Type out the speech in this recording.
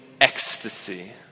ecstasy